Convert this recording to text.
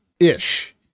ish